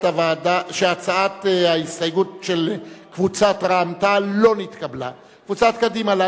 נא